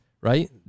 Right